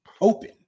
open